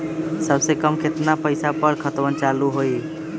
सबसे कम केतना पईसा पर खतवन चालु होई?